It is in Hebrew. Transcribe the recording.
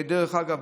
דרך אגב,